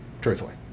truthfully